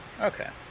Okay